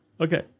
Okay